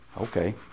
Okay